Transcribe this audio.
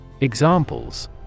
Examples